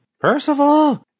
Percival